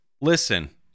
Listen